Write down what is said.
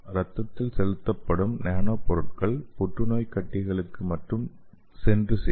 ரத்தத்தில் செலுத்தப்படும் நேனோ பொருட்கள் புற்றுநோய் கட்டிகளுக்கு மட்டும் சென்று சேரும்